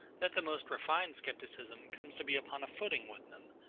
that the most refined scepticism comes to be upon a footing with them,